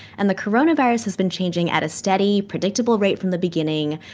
and the coronavirus has been changing at a steady, predictable rate from the beginning,